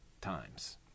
times